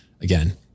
again